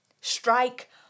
Strike